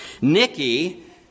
Nikki